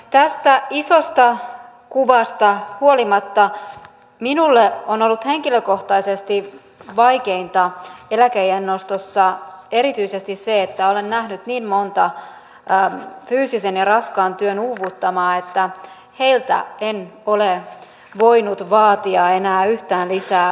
tästä isosta kuvasta huolimatta minulle on ollut henkilökohtaisesti vaikeinta eläkeiän nostossa erityisesti se että olen nähnyt niin monta fyysisen ja raskaan työn uuvuttamaa että heiltä en ole voinut vaatia enää yhtään lisää työvuosia